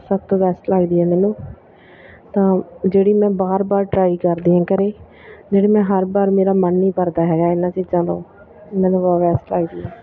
ਸਭ ਤੋਂ ਬੈਸਟ ਲੱਗਦੀ ਆ ਮੈਨੂੰ ਤਾਂ ਜਿਹੜੀ ਮੈਂ ਬਾਰ ਬਾਰ ਟਰਾਈ ਕਰਦੀ ਹਾਂ ਘਰ ਜਿਹੜੀ ਮੈਂ ਹਰ ਵਾਰ ਮੇਰਾ ਮਨ ਨਹੀਂ ਭਰਦਾ ਹੈਗਾ ਇਹਨਾਂ ਚੀਜ਼ਾਂ ਤੋਂ ਮੈਨੂੰ ਬਹੁਤ ਬੈਸਟ ਲੱਗਦੀ ਆ